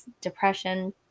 depression